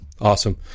awesome